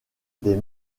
des